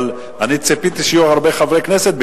אבל אני ציפיתי שיהיו הרבה חברי כנסת.